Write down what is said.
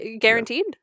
guaranteed